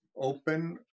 open